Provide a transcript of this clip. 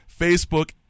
Facebook